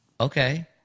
okay